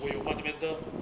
我有 fundamental